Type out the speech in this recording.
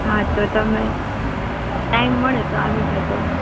હા તો તમે ટાઈમ મળે તો આવી જજો